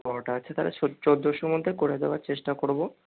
বড়োটা আচ্ছা তাহলে চোদ্দোশোর মধ্যে করে দেবার চেষ্টা করবো